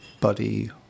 Buddy